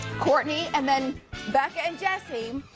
courtney, and then beth and jesse